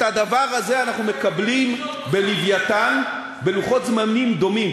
את הדבר הזה אנחנו מקבלים ב"לווייתן" בלוחות-זמנים דומים.